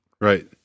right